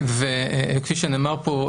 וכפי שנאמר פה,